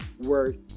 worth